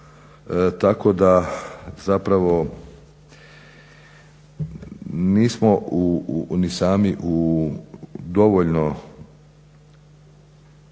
tako da zapravo nismo ni sami dovoljno